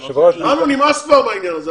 לנו נמאס כבר מהעניין הזה.